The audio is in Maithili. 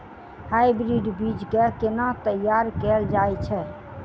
हाइब्रिड बीज केँ केना तैयार कैल जाय छै?